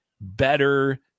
better